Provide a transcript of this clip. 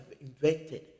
invented